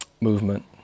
movement